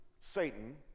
Satan